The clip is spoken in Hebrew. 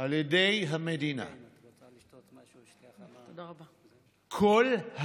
על ידי המדינה, כל הטבה,